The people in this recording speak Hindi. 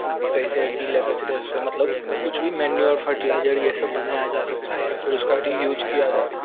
कैसे गीले कचरे से मतलब कुछ भी मैन्योर फ़र्टिलाइजर ये सब बनाया जा सकता है या फिर उसका भी रीयूज किया जा सकता है